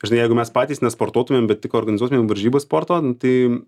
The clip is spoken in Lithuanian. žinai jeigu mes patys nesportuotumėm tik organizuotumėm varžybas sporto tai